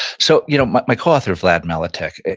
so, you know my my coauthor, vlad maletic,